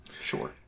sure